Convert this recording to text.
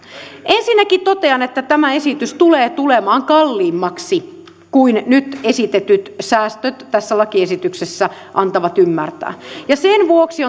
ensinnäkin totean että tämä esitys tulee tulemaan kalliimmaksi kuin nyt esitetyt säästöt tässä lakiesityksessä antavat ymmärtää sen vuoksi